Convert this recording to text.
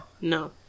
No